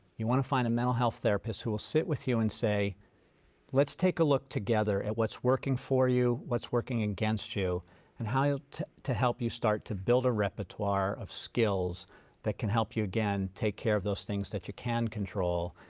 you want to find a mental health therapist who will sit with you and say let's take a look together at what's working for you, what's working against you and how to to help you start to build a repertoire of skills that can help you again take care of those things that you can control,